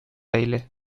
бәйле